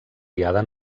diada